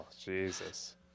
Jesus